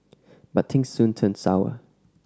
but things soon turned sour